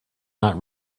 not